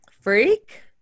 Freak